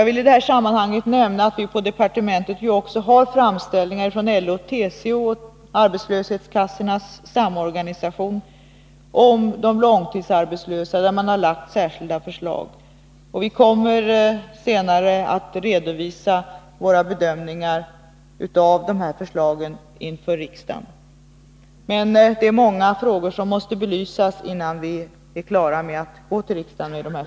Jag vill i detta sammanhang nämna att vi på departementet också har fått framställningar från LO, TCO och arbetslöshetskassornas samorganisation om åtgärder för de långtidsarbetslösa. Dessa organisationer har framlagt särskilda förslag, och vi kommer senare att redovisa våra bedömningar av dessa förslag inför riksdagen. Dessförinnan måste dock många frågor belysas.